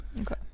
Okay